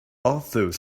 although